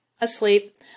asleep